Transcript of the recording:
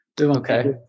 Okay